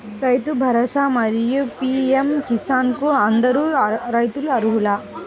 రైతు భరోసా, మరియు పీ.ఎం కిసాన్ కు అందరు రైతులు అర్హులా?